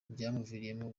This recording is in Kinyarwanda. byamuviriyemo